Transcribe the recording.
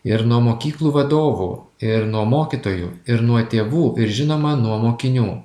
ir nuo mokyklų vadovų ir nuo mokytojų ir nuo tėvų ir žinoma nuo mokinių